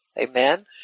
amen